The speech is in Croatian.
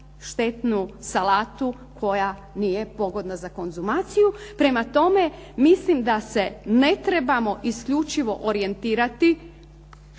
štetnu salatu koja nije pogodna za konzumaciju. Prema tome, mislim da se ne trebamo isključivo orijentirati